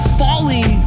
falling